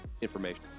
information